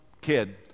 kid